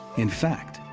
in fact,